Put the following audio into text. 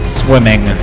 swimming